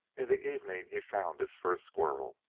in the evening he found his first squirrel,